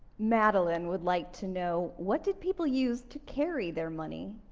madeline would like to know what did people use to carry their money?